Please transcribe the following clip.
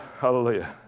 Hallelujah